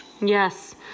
Yes